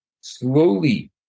Slowly